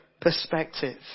Perspective